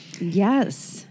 Yes